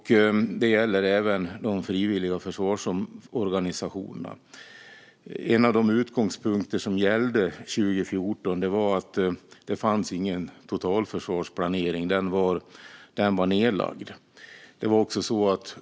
Det gäller även de frivilliga försvarsorganisationerna. En av de utgångspunkter som gällde 2014 var att det inte fanns någon totalförsvarsplanering. Den var nedlagd.